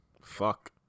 fuck